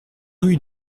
rue